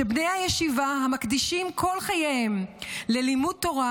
שבני הישיבה המקדישים כל חייהם ללימוד תורה